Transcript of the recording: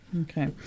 okay